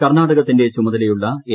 കർണ്ണാടകത്തിന്റെ ചുമതലയുള്ള എ